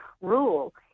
rule